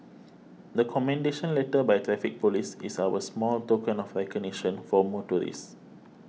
the commendation letter by Traffic Police is our small token of recognition for motorists